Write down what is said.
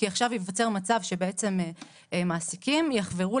כי עכשיו ייווצר מצב שבעצם מעסיקים יחברו